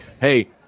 hey